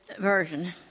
version